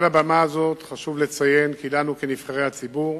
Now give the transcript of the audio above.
מעל הבמה הזאת חשוב לציין כי לנו, נבחרי הציבור,